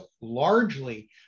largely